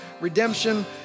redemption